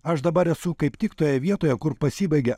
aš dabar esu kaip tik toje vietoje kur pasibaigia